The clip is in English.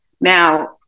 Now